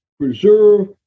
preserve